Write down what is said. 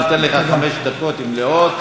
ונותן לך חמש דקות מלאות.